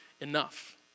enough